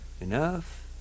Enough